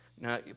Now